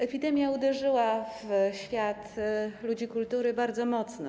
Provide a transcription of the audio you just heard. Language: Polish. Epidemia uderzyła w świat ludzi kultury bardzo mocno.